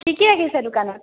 কি কি ৰাখিছে দোকানত